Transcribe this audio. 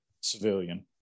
civilian